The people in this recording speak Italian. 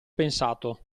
pensato